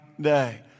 day